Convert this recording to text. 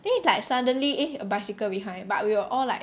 then it's like suddenly eh a bicycle behind but we were all like